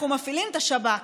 אנחנו מפעילים את השב"כ,